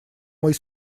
мой